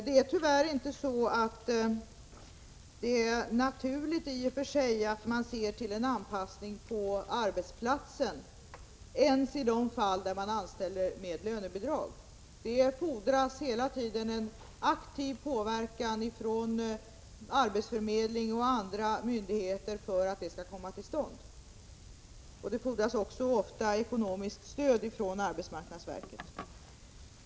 Det är tyvärr inte så, att det är naturligt att se till en anpassning på arbetsplatsen ens i de fall man anställer handikappade med lönebidrag. Hela tiden fordras det en aktiv påverkan från arbetsförmedlingen och andra myndigheter för att någonting sådant skall komma till stånd. Dessutom fordras det ofta ekonomiskt stöd från arbetsmarknadsverket.